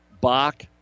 Bach